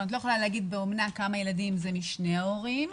את לא יכולה להגיד באומנה כמה ילדים יתומים משני ההורים.